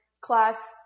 class